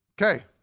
Okay